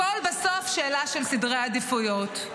הכול בסוף שאלה של סדרי עדיפויות.